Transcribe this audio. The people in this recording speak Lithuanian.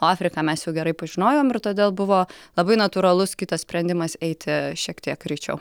o afriką mes jau gerai pažinojom ir todėl buvo labai natūralus kitas sprendimas eiti šiek tiek greičiau